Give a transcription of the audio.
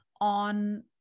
on